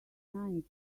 nine